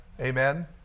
Amen